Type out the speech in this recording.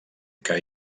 que